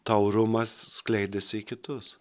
taurumas skleidėsi į kitus